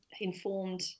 informed